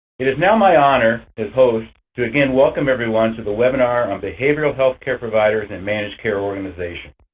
it is now my honor as host to, again, welcome everyone to the webinar on behavior healthcare providers and managed care organizations.